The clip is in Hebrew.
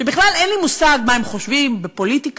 שבכלל אין לי מושג מה הם חושבים בפוליטיקה,